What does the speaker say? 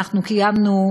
קיימנו,